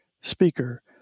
speaker